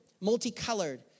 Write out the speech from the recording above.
multicolored